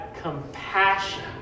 compassion